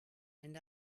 and